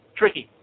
tricky